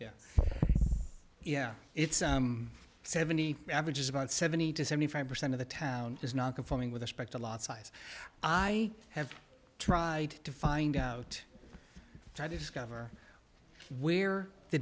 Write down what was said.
yeah yeah it's seventy averages about seventy to seventy five percent of the town is nonconforming with respect a lot size i have tried to find out i discover where the